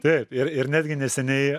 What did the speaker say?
taip ir ir netgi neseniai